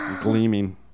gleaming